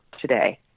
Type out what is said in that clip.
today